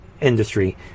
industry